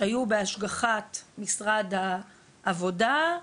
שהיו בהשגחת משרד העבודה,